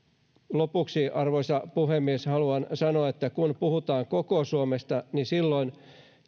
lopuksi arvoisa puhemies haluan sanoa että kun puhutaan koko suomesta